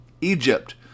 Egypt